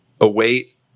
await